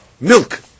milk